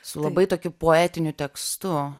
su labai tokiu poetiniu tekstu